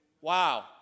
Wow